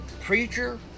preacher